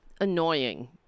annoying